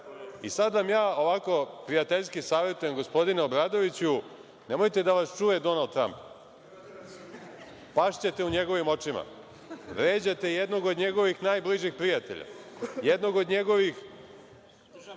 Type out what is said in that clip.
vam ja ovako prijateljski savetujem, gospodine Obradoviću, nemojte da vas čuje Donald Tramp, pašćete u njegovim očima. Vređate jednog od njegovih najbližih prijatelja, jednog od njegovih